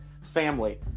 family